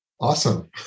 Awesome